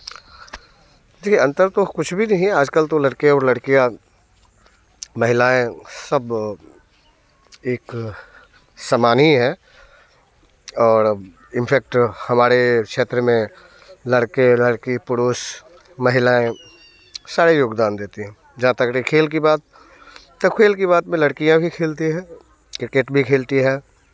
जी अंतर तो कुछ भी नहीं है आजकल तो लड़के और लड़कियाँ महिलाएँ सब एक समान ही हैं और इन फैक्ट हमारे क्षेत्र में लड़के लड़की पुरुष महिलाएँ सारे योगदान देती हैं जहाँ तक रही खेल की बात तो खेल की बात में लड़कियाँ भी खेलती हैं क्रिकेट भी खेलती हैं